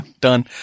Done